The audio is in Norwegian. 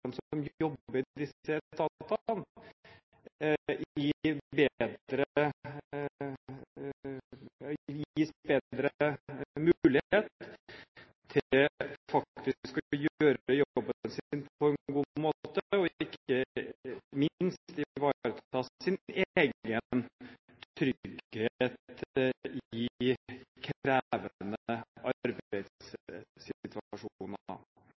som jobber i disse etatene, gis bedre mulighet til faktisk å gjøre jobben sin på en god måte, og ikke minst ivareta sin egen trygghet i krevende